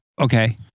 okay